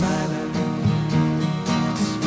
Silence